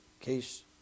case